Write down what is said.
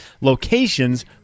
locations